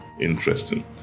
Interesting